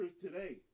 today